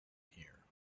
here